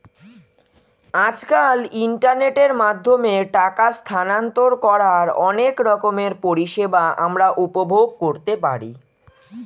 আজকাল ইন্টারনেটের মাধ্যমে টাকা স্থানান্তর করার অনেক রকমের পরিষেবা আমরা উপভোগ করতে পারি